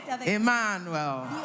Emmanuel